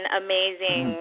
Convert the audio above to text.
amazing